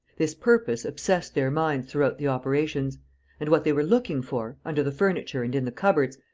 this purpose obsessed their minds throughout the operations and what they were looking for, under the furniture and in the cupboards,